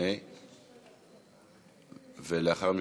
ולאחר מכן,